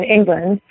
England